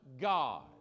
God